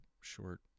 short